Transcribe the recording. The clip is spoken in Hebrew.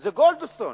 זה גולדסטון,